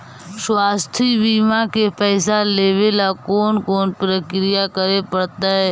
स्वास्थी बिमा के पैसा लेबे ल कोन कोन परकिया करे पड़तै?